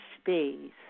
space